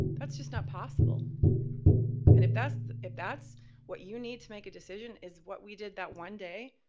that's just not possible. and if that's if that's what you need to make a decision is what we did that one day,